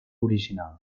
original